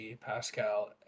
Pascal